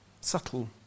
subtle